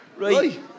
Right